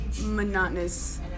monotonous